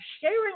sharing